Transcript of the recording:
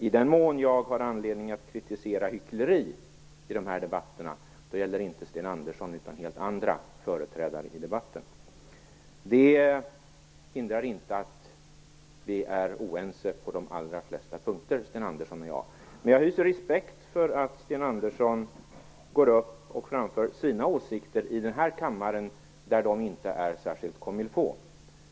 I den mån jag har anledning att kritisera hyckleri i debatten gäller det inte Sten Andersson utan helt andra företrädare. Det hindrar inte att vi är oense på de allra flesta punkter, Sten Andersson och jag. Men jag hyser respekt för att Sten Andersson går upp och framför sina åsikter i den här kammaren, där de inte är särskilt comme-il-faut.